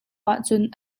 ahcun